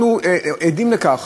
אנחנו עדים לכך